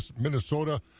Minnesota